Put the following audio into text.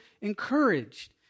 encouraged